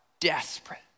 desperate